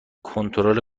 کنترل